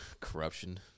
corruption